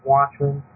Watchmen